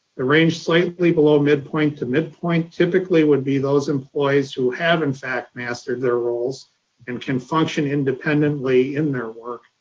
the range slightly below midpoint to midpoint, typically, would be those employees who have, in fact, mastered their roles and can function independently in their work,